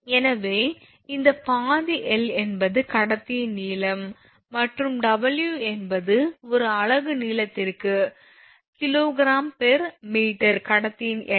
எனவே இந்த பாதி l என்பது கடத்தியின் நீளம் மற்றும் W என்பது ஒரு அலகு நீளத்திற்குKgm கடத்தியின் எடை